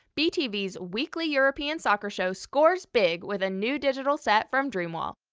betv's weekly european soccer show scores big with a new digital set from dreamwall,